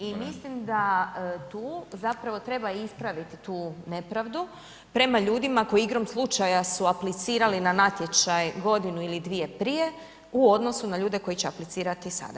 I mislim da tu zapravo treba ispraviti tu nepravdu prema ljudima koji igrom slučaja su aplicirali na natječaj godinu ili dvije prije u odnosu na ljude koji će aplicirati sada.